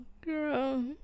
girl